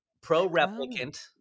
pro-replicant